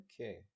Okay